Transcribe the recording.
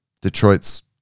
Detroit's